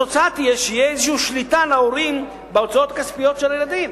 התוצאה תהיה שליטה של ההורים על ההוצאות הכספיות של הילדים.